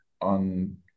on